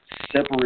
separate